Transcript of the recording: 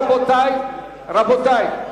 רבותי,